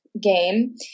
game